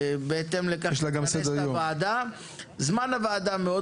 ובהתאם לכך נכנס את הוועדה.